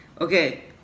okay